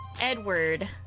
Edward